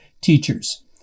teachers